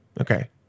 Okay